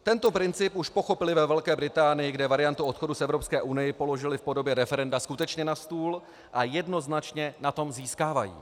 Tento princip už pochopili ve Velké Británii, kde variantu odchodu z Evropské unie položili v podobě referenda skutečně na stůl a jednoznačně na tom získávají.